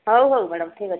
ହଉ ହଉ ମ୍ୟାଡ଼ାମ୍ ଠିକ୍ ଅଛି